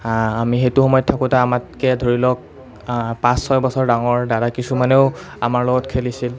আমি সেইটো সময়ত থাকোঁতে আমাতকৈ ধৰি লওক পাঁচ ছয় বছৰ ডাঙৰ দাদা কিছুমানেও আমাৰ লগত খেলিছিল